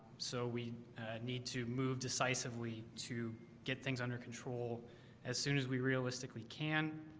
so we need to move decisively to get things under control as soon as we realistically can